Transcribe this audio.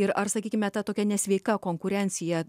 ir ar sakykime ta tokia nesveika konkurencija